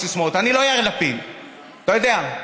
אני לא מדבר איתך בסיסמאות.